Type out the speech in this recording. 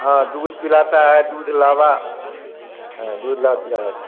हाँ दूध पिलाता है दूध लावा हाँ दूध लावा पिलाया जाता है